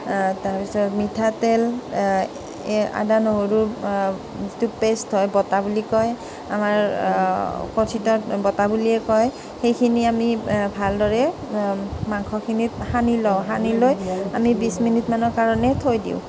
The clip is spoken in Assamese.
তাৰ পিছত মিঠাতেল এই আদা নহৰুৰ যিটো পেষ্ট হয় বটা বুলি কয় আমাৰ কথিতত বটা বুলিয়েই কয় সেইখিনি আমি ভালদৰে মাংসখিনিত সানি লওঁ সানি লৈ আমি বিছ মিনিটমানৰ কাৰণে থৈ দিওঁ